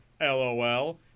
LOL